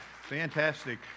fantastic